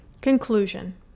Conclusion